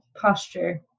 posture